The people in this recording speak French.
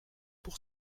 pour